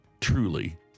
truly